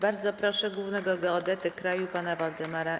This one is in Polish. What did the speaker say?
Bardzo proszę głównego geodetę kraju pana Waldemara